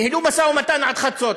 ניהלו משא-ומתן עד חצות.